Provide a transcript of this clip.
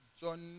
John